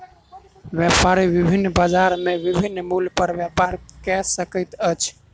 व्यापारी विभिन्न बजार में विभिन्न मूल्य पर व्यापार कय सकै छै